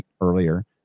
earlier